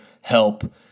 help